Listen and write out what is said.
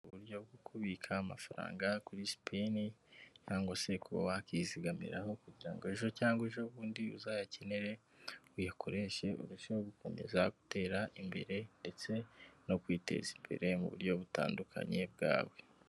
Uburyo bwo kubika amafaranga kuri Spenn cyangwa se, kuba wakizigamiraho kugira ngo ejo cyangwa ejobundi uzayakenere uyakoreshe ukomeza gutera imbere, ndetse no kwiteza imbere mu buryo butandukanye bwawe.